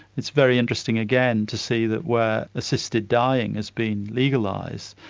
it's very interesting again to see that where assisted dying has been legalised,